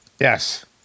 Yes